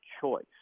choice